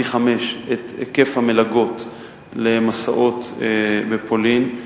פי-חמישה את היקף המלגות למסעות בפולין.